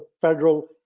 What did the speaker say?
federal